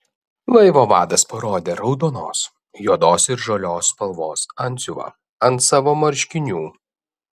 laivo vadas parodė raudonos juodos ir žalios spalvos antsiuvą ant savo marškinių